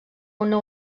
una